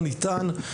שקלים.